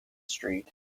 street